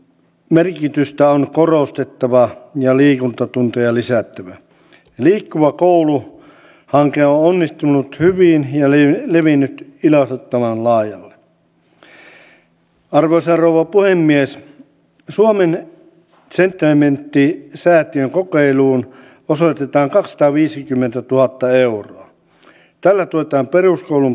elikkä lomapäivät jotka ovat julkisella sektorilla yksityissektoria runsaampia ovat osa julkisen sektorin kustannuksia joista on tingittävä toiselta puolen kun samalla parannetaan yksityisen sektorin ja viennin kilpailukykyä esimerkiksi siitä saatavilla säästöillä